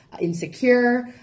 insecure